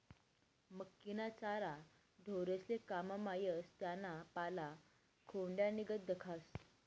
मक्कीना चारा ढोरेस्ले काममा येस त्याना पाला खोंड्यानीगत दखास